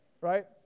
Right